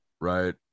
right